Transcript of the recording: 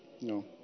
No